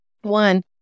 One